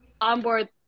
onboard